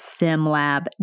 SimLab